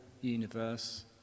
universe